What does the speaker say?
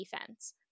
defense